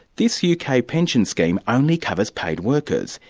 this yeah uk ah pension scheme only covers paid workers.